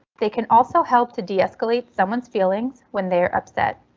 they can also help to deescalate someones feelings when they're upset.